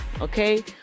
okay